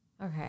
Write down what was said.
okay